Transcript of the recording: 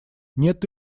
нет